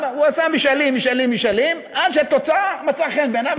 הוא עשה משאלים ומשאלים עד שהתוצאה מצאה חן בעיניו,